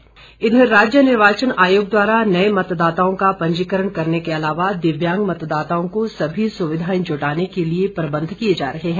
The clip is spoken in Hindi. चनाव प्रबंध राज्य निर्वाचन आयोग द्वारा नए मतदाताओं का पंजीकरण करने के अलावा दिव्यांग मतदाताओं को सभी सुविधाएं जुटाने के लिये प्रबंध किये जा रहे हैं